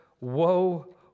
Woe